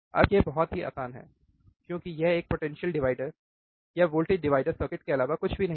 अब यह बहुत आसान है क्योंकि यह एक potential divider voltage divider circuit के अलावा कुछ भी नहीं है